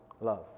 love